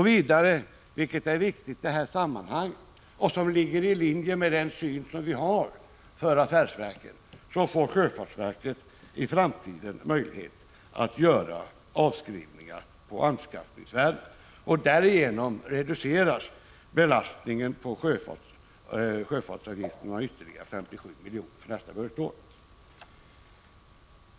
Vidare — det är viktigt i sammanhanget och ligger i linje med den syn vi har på affärsverken — får sjöfartsverket i framtiden möjlighet att göra avskrivningar på anskaffningsvärdena, och därigenom reduceras belastningen på sjöfartsavgifterna med ytterligare 57 milj.kr. för nästa budgetår.